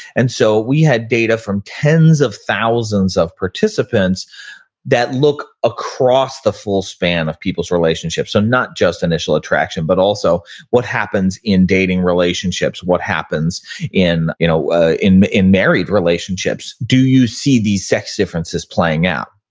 and so we had data from tens of thousands of participants that look across the full span of people's relationships. so not just initial attraction, but also what happens in dating relationships. what happens in you know ah in married relationships. do you see these sex differences playing out?